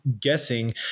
guessing